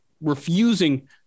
refusing